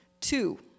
Two